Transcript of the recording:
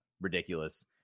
ridiculous